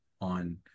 on